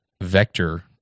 vector